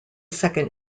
second